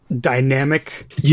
dynamic